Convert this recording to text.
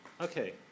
Okay